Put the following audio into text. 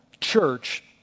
church